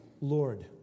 Lord